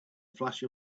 flash